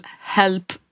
help